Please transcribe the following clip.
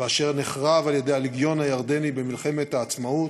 ונחרב על-ידי הלגיון הירדני במלחמת העצמאות,